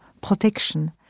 protection